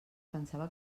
pensava